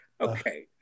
Okay